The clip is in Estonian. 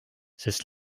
sest